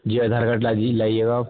جی Aadhaar card لا جی لائیے گا آپ